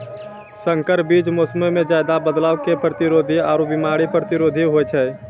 संकर बीज मौसमो मे ज्यादे बदलाव के प्रतिरोधी आरु बिमारी प्रतिरोधी होय छै